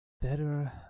Better